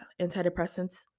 antidepressants